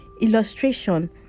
illustration